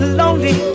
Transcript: lonely